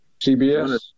CBS